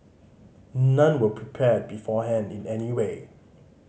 none were prepared beforehand in any way